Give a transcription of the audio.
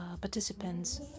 participants